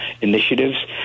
initiatives